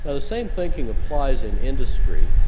the same thinking applies in industry.